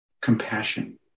compassion